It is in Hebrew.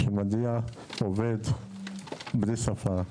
כאשר מגיע עובד בלי שפה,